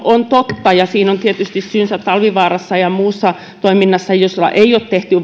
on totta ja siinä on tietysti syynsä talvivaarassa ja muussa toiminnassa jota ei ole tehty